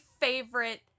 favorite